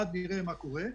עד שנראה מה קורה.